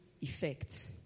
effect